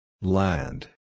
Land